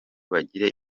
bagire